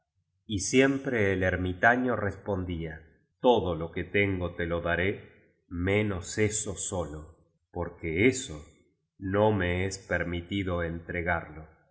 y siempre el ermitaño respondía todo lo que tengo te lo daré menos eso sólo porque eso no me es permitido entregarlo